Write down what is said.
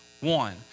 one